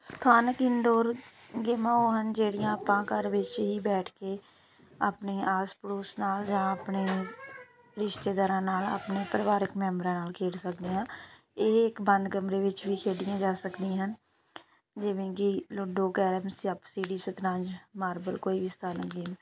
ਸਥਾਨਕ ਇੰਡੋਰ ਗੇਮਾਂ ਉਹ ਹਨ ਜਿਹੜੀਆਂ ਆਪਾਂ ਘਰ ਵਿੱਚ ਹੀ ਬੈਠ ਕੇ ਆਪਣੇ ਆਸ ਪੜੋਸ ਨਾਲ ਜਾਂ ਆਪਣੇ ਰਿਸ਼ਤੇਦਾਰਾਂ ਨਾਲ ਆਪਣੇ ਪਰਿਵਾਰਕ ਮੈਬਰਾਂ ਨਾਲ ਖੇਡ ਸਕਦੇ ਹਾਂ ਇਹ ਇੱਕ ਬੰਦ ਕਮਰੇ ਵਿੱਚ ਵੀ ਖੇਡੀਆਂ ਜਾ ਸਕਦੀਆਂ ਹਨ ਜਿਵੇਂ ਕਿ ਲੂਡੋ ਕੈਰਮ ਸੱਪ ਸੀੜੀ ਸ਼ਤਰੰਜ ਮਾਰਬਲ ਕੋਈ ਵੀ ਸਥਾਨਕ ਗੇਮ